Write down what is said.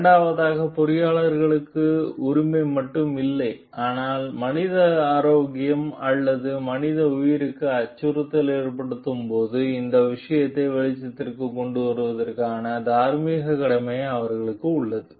இரண்டாவதாக பொறியியலாளருக்கு உரிமை மட்டும் இல்லை ஆனால் மனித ஆரோக்கியம் அல்லது மனித உயிருக்கு அச்சுறுத்தல் ஏற்படும் போது இந்த விஷயத்தை வெளிச்சத்திற்குக் கொண்டுவருவதற்கான தார்மீகக் கடமையும் அவர்களுக்கு உள்ளது